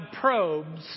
probes